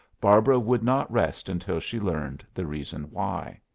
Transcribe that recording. barbara would not rest until she learned the reason why.